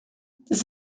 this